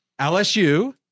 LSU